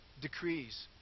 decrees